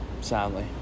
Sadly